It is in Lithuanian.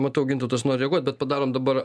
matau gintautas nori reaguot bet padarom dabar